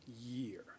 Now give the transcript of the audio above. year